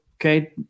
okay